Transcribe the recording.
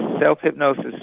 self-hypnosis